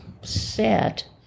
set